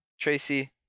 Tracy